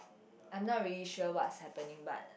I'm not really sure what's happening but